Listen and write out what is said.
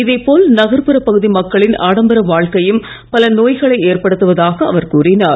இதே போல் நகர்புற பகுதி மக்களின் ஆடம்பர வாழ்க்கையும் பல நோய்களை ஏற்படுத்துவதாக அவர் கூறினார்